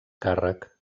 càrrec